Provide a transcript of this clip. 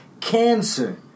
cancer